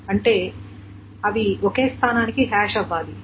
అంటే అవి ఒకే స్థానానికి హాష్ అవ్వాలి